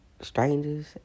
strangers